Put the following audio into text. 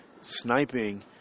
sniping